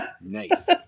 Nice